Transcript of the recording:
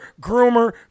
groomer